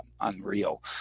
unreal